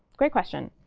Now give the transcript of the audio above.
great question.